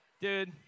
dude